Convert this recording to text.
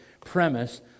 premise